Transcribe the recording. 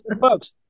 folks